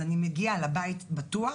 אז אני מגיעה לבית הבטוח.